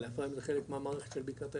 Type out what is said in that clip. מעלה אפרים זה חלק מהמערכת של בקעת הירדן.